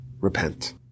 repent